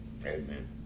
Amen